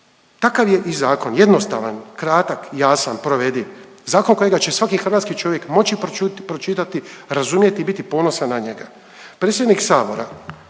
Takav je i zakon jednostavan, kratak, jasan, provediv. Zakon kojega će svaki hrvatski čovjek moći pročitati, razumjeti, biti ponosan na njega.